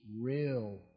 Real